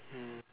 mm